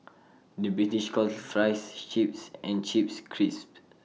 the British calls Fries Chips and Chips Crisps